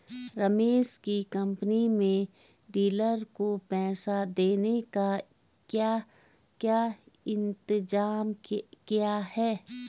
रमेश की कंपनी में डीलर को पैसा देने का क्या इंतजाम किया है?